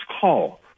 call